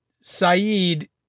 Saeed